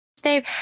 Dave